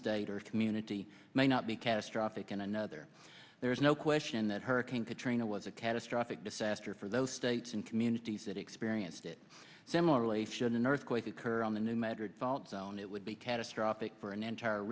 state or community may not be catastrophic in another there is no question that hurricane katrina was a catastrophic disaster for those states and communities that experienced it similarly should an earthquake occur on the new measured fault zone it would be catastrophic for an entire